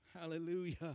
hallelujah